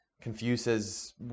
confuses